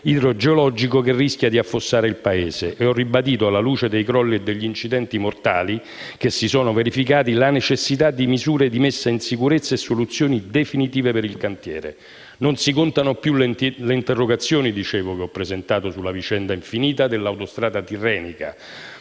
idrogeologico che rischia di affossare il Paese. E ho ribadito, alla luce dei crolli e degli incidenti mortali che si sono verificati, la necessità di misure di messa in sicurezza e soluzioni definitive per il cantiere. Non si contano più le interrogazioni che ho presentato sulla vicenda infinita dell'autostrada Tirrenica,